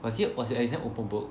was it was your exam open book